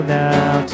now